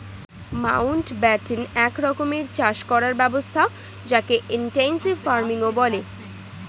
Mountbatten এক রকমের চাষ করার ব্যবস্থা যকে ইনটেনসিভ ফার্মিংও বলে